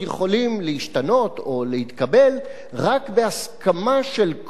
להתקבל רק בהסכמה של כל מרכיבי הקואליציה,